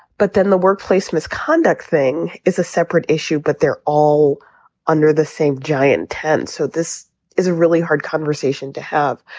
but then the workplace misconduct thing is a separate issue but they're all under the same giant tent so this is a really hard conversation to have.